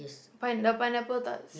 pine the pineapple tarts